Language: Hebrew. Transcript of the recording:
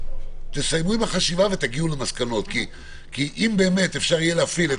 שתסיימו עם החשיבה ותגיעו למסקנות כי אם באמת אפשר יהיה להפעיל את